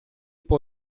può